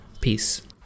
Peace